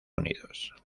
unidos